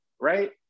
right